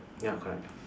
ya correct